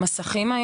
מסכים,